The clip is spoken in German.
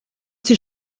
die